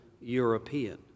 European